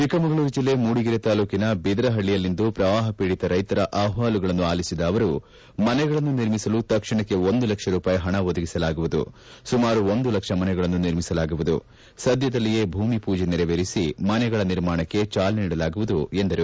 ಚಿಕ್ಕಮಗಳೂರು ಜಿಲ್ಲೆಯ ಮೂಡಿಗೆರೆ ತಾಲೂಕಿನ ಬಿದರಹಳ್ಳಿಯಲ್ಲಿಂದು ಪ್ರವಾಹ ಪೀಡಿತ ರೈತರ ಅಹವಾಲುಗಳನ್ನು ಅಲಿಸಿದ ಅವರು ಮನೆಗಳನ್ನು ನಿರ್ಮಿಸಲು ತಕ್ಷಣಕ್ಕೆ ಒಂದು ಲಕ್ಷ ರೂಪಾಯಿ ಹಣ ಒದಗಿಸಲಾಗುವುದು ಸುಮಾರು ಒಂದು ಲಕ್ಷ ಮನೆಗಳನ್ನು ನಿರ್ಮಿಸಲಾಗುವುದುಸದ್ದದಲ್ಲಿಯೇ ಭೂಮಿ ಪೂಜೆ ನೆರವೇರಿಸಿ ಮನೆಗಳ ನಿರ್ಮಾಣಕ್ಕೆ ಚಾಲನೆ ನೀಡಲಾಗುವುದು ಎಂದರು